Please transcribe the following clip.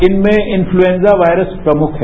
इनमें influenza virus प्रयुख है